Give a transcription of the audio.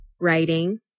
writing